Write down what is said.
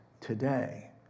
today